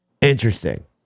Interesting